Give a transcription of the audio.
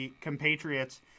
compatriots